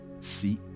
Seek